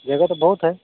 जगह तो बहुत है